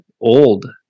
Old